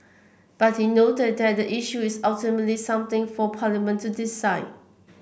but he noted that the issue is ultimately something for Parliament to decide